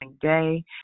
day